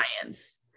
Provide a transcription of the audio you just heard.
science